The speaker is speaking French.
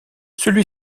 celui